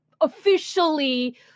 officially